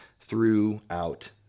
throughout